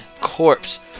corpse